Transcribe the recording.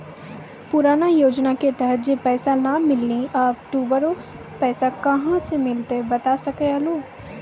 पुराना योजना के तहत जे पैसा नै मिलनी ऊ अक्टूबर पैसा कहां से मिलते बता सके आलू हो?